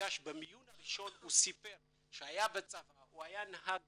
במיון הראשון הוא סיפר שהוא היה בצבא נהג